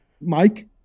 Mike